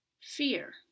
Fear